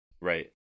Right